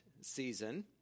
season